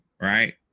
right